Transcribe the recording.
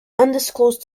undisclosed